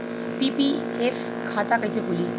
PPF खाता कैसे खुली?